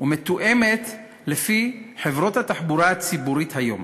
ומתואמת לפי חברות התחבורה הציבורית היום.